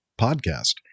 podcast